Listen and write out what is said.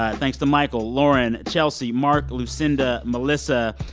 ah thanks to michael, lauren, chelsea, mark, lucinda, melissa,